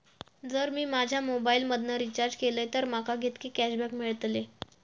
जर मी माझ्या मोबाईल मधन रिचार्ज केलय तर माका कितके कॅशबॅक मेळतले?